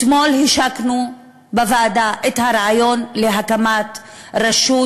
אתמול השקנו בוועדה את הרעיון להקמת רשות